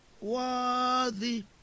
worthy